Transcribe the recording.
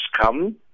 come